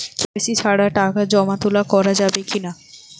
KYC ছাড়া টাকা জমা তোলা করা যাবে কি না?